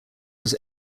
was